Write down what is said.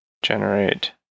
generate